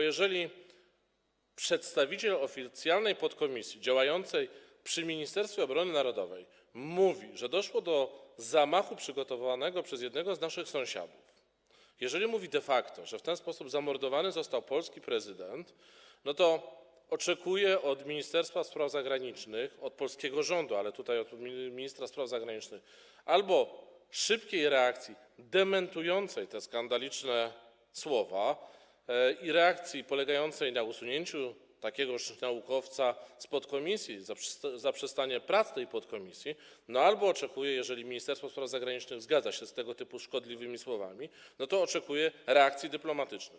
Jeżeli przedstawiciel oficjalnej podkomisji działającej przy Ministerstwie Obrony Narodowej mówi, że doszło do zamachu przygotowanego przez jednego z naszych sąsiadów, jeżeli mówi de facto, że w ten sposób zamordowany został polski prezydent, to oczekuję od Ministerstwa Spraw Zagranicznych, od polskiego rządu, ale tutaj od ministra spraw zagranicznych, albo szybkiej reakcji, żeby zdementować te skandaliczne słowa, i reakcji polegającej na usunięciu takiego naukowca z podkomisji, zaprzestania prac tej podkomisji, albo oczekuję - jeżeli Ministerstwo Spraw Zagranicznych zgadza się z tego typu szkodliwymi słowami - reakcji dyplomatycznych.